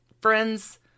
friends